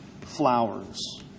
flowers